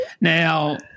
Now